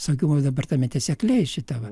saugumo departamente sekliais šita va